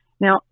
Now